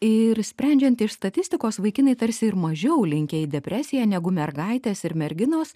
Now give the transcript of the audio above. ir sprendžiant iš statistikos vaikinai tarsi ir mažiau linkę į depresiją negu mergaitės ir merginos